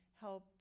help